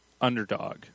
underdog